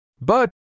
But